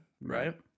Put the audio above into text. Right